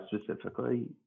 specifically